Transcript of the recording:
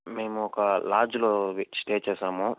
మేమొక లాడ్జ్లో వి స్టే చేసాము